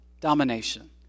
domination